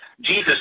Jesus